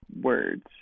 words